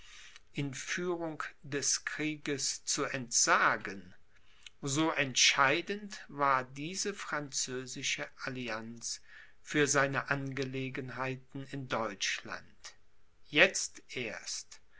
in führung des krieges zu entsagen so entscheidend war diese französische allianz für seine angelegenheiten in deutschland jetzt erst